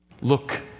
Look